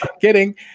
kidding